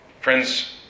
Friends